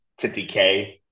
50k